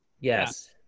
Yes